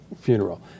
funeral